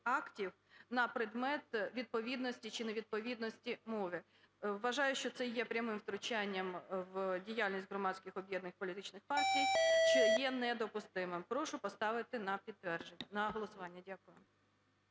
на предмет відповідності чи невідповідності мові. Вважаю, що це є прямим втручанням в діяльність громадських об'єднань і політичних партій, що є недопустимим. Прошу поставити на голосування. Дякую.